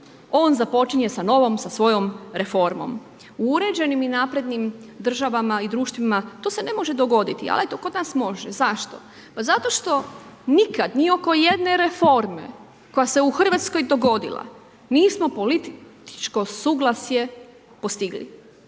on započinje sa novom, sa svojom reformom. U uređenim i naprednim državama i društvima to se ne može dogoditi, ali eto kod nas može. Zašto? Pa zato što nikad, ni oko jedne reforme koja se u Hrvatskoj dogodila nismo političko suglasje postigli.